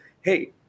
hey